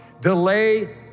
Delay